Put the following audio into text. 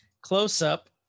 close-up